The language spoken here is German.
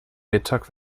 mittag